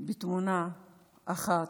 לתמונה אחת,